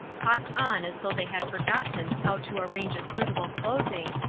talked on as though they had forgotten how to arrange a suitable closing,